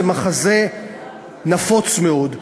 זה מחזה נפוץ מאוד.